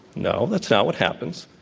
no. that's not what happens.